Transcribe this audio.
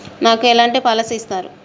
నాకు ఎలాంటి పాలసీ ఇస్తారు?